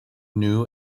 new